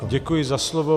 Děkuji za slovo.